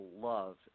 love